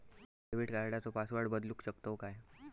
Debit कार्डचो password बदलु शकतव काय?